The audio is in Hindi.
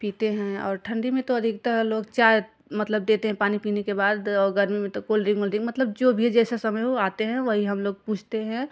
पीते हैं और ठंडी में तो अधिकतर लोग चाय मतलब देते हैं पानी पीने के बाद गर्मी में तो कोल्ड ड्रिंक वोल्ड्रिंग मतलब जो भी जैसा समय वह आते हैं वही हम लोग पूछते हैं